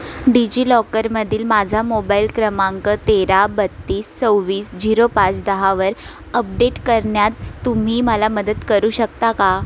डिजिलॉकरमधील माझा मोबाईल क्रमांक तेरा बत्तीस सव्वीस झिरो पाच दहावर अपडेट करण्यात तुम्ही मला मदत करू शकता का